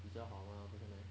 比较好 mah 不是 meh